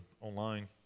online